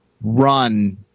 run